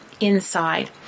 inside